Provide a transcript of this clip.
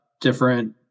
different